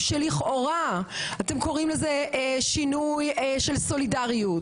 לכאורה אתם קוראים לזה שינוי של סולידריות,